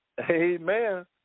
Amen